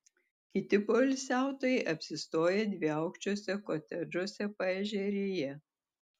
kiti poilsiautojai apsistoję dviaukščiuose kotedžuose paežerėje